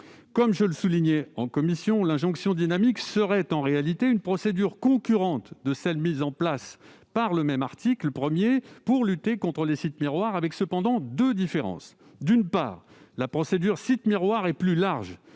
Comme je le soulignais en commission, l'injonction dynamique serait en réalité une procédure concurrente de celle mise en place par le présent article pour lutter contre les sites miroirs, avec cependant deux différences. D'une part, la procédure « sites miroirs » est plus large,